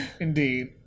indeed